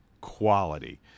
quality